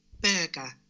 burger